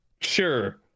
Sure